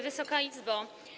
Wysoka Izbo!